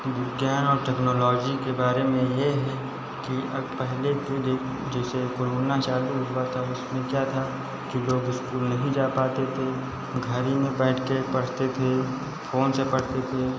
विज्ञान और टेक्नोलॉजी के बारे में ये है कि अब पहले पुजे जैसे कोरोना चालू हुआ था उसमें क्या था कि लोग स्कूल नहीं जा पाते थे घर ही मैं बैठ के पढ़ते थे फोन से पढ़ते थे